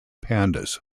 pandas